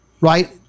right